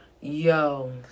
Yo